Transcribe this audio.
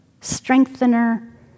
strengthener